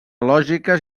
lògiques